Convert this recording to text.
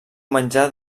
menjar